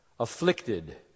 Afflicted